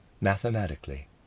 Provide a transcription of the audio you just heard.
mathematically